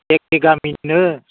एखे गामिनिनो